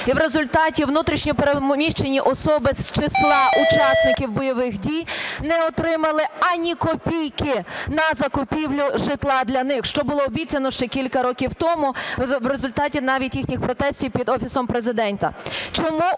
і в результаті внутрішньо перемішені особи з числа учасників бойових дій не отримали ані копійки на закупівлю житла для них, що було обіцяно ще кілька років тому в результаті навіть їхніх протестів під Офісом Президента?